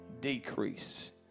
decrease